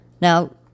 Now